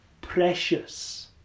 precious